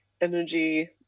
energy